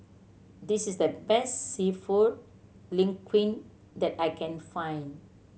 this is the best Seafood Linguine that I can find